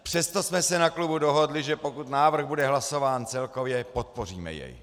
Přesto jsme se na klubu dohodli, že pokud návrh bude hlasován celkově, podpoříme jej.